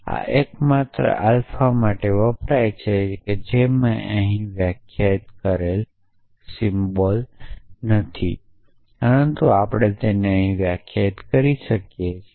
આ અહીં વ્યાખ્યાયિત કરેલ સિમ્બલ્સ માત્ર આલ્ફા માટે વપરાય છે જે આપણે અહી વ્યાખ્યાયિત કરી શકીએ છીએ